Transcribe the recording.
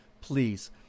please